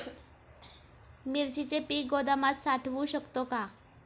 मिरचीचे पीक गोदामात साठवू शकतो का?